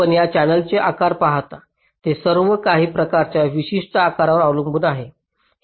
आपण या चॅनेलचे आकार पाहता ते सर्व काही प्रकारच्या वैशिष्ट्य आकारावर आधारित आहेत